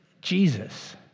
Jesus